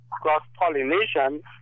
cross-pollination